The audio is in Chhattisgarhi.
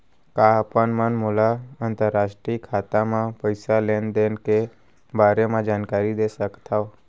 का आप मन मोला अंतरराष्ट्रीय खाता म पइसा लेन देन के बारे म जानकारी दे सकथव?